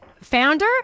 founder